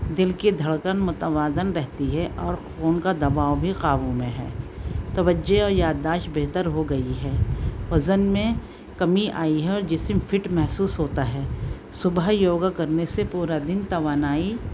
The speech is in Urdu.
دل کی دھڑکن متوازن رہتی ہے اور خون کا دباؤ بھی قابو میں ہے توجہ اور یادداشت بہتر ہو گئی ہے وزن میں کمی آئی ہے اور جسم فٹ محسوس ہوتا ہے صبح یوگا کرنے سے پورا دن توانائی